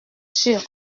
sûr